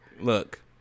look